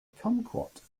kumquat